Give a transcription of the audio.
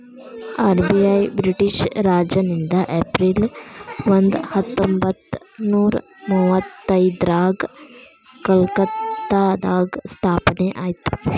RBI British ರಾಜನಿಂದ April ಒಂದ ಹತ್ತೊಂಬತ್ತನೂರ ಮುವತ್ತೈದ್ರಾಗ ಕಲ್ಕತ್ತಾದಾಗ ಸ್ಥಾಪನೆ ಆಯ್ತ್